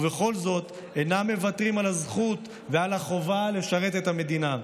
ובכל זאת הם אינם מוותרים על הזכות ועל החובה לשרת את המדינה.